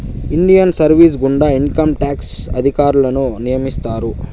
Indian service గుండా income tax అధికారులను నియమిత్తారు